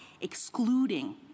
excluding